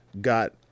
got